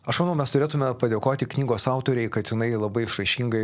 aš manau mes turėtume padėkoti knygos autorei kad jinai labai išraiškingai